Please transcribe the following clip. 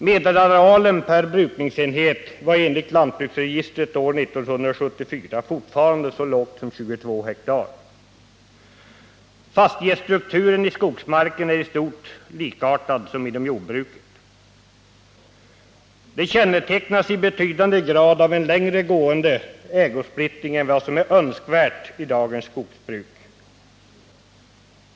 Medelarealen åker per brukningsenhet var enligt lantbruksregistret året 1974 fortfarande så lågt som 22 ha. Fastighetsstrukturen i skogsmarkerna är i stort likartad den inom jordbruket. Den kännetecknas i betydande grad av en längre gående ägosplittring än vad som är önskvärt i dagens skogsbruk.